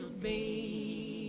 baby